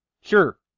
Sure